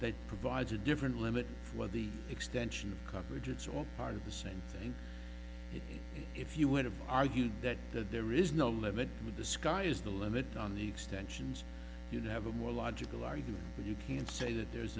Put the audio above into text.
that provides a different limit for the extension of coverage it's all part of the same thing if you want to argue that there is no limit the sky is the limit on the extensions you do have a more logical argument you can say that there's